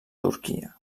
turquia